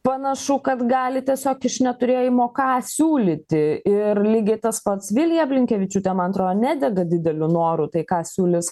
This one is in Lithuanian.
panašu kad gali tiesiog iš neturėjimo ką siūlyti ir lygiai tas pats vilija blinkevičiūtė man atrodo nedega dideliu noru tai ką siūlys